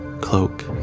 cloak